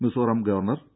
Mizoram governor P